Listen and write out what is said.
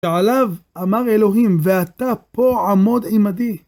שעליו אמר אלוהים, ואתה פה עמוד עימדי.